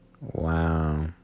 Wow